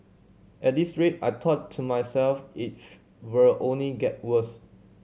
at this rate I thought to myself if will only get worse